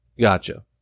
Gotcha